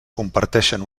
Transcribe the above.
comparteixen